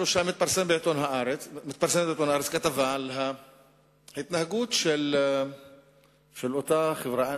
שלושה ימים התפרסמה בעיתון "הארץ" כתבה על ההתנהגות של אותה חברה,